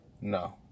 No